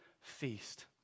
feast